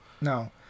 No